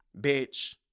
bitch